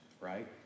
right